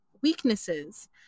weaknesses